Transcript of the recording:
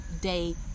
day